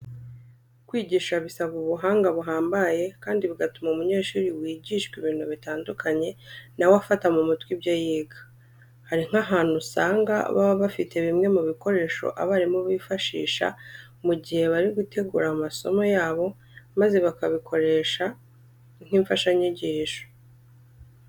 Kwigisha bisaba ubuhanga buhambaye kandi bigatuma umunyeshuri wigishwa ibintu bitandukanye na we afata mu mutwe ibyo yiga. Hari nk'ahantu usanga baba bafite bimwe mu bikoresho abarimu bifashisha mu gihe bari gutegura amasomo yabo maze bakabikoresha nk'imfashanyigisho.